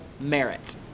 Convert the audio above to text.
merit